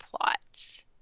plot